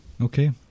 Okay